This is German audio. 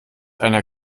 einer